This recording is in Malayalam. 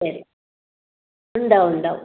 ശരി ഉണ്ടാവും ഉണ്ടാവും